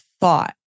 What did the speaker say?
thought